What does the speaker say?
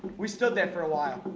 we stood there for a while,